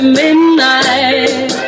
midnight